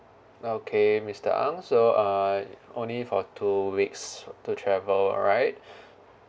okay mister ang so uh only for two weeks to travel right